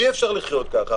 אי-אפשר לחיות ככה.